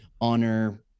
honor